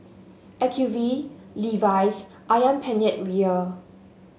Acuvue Levi's ayam Penyet Ria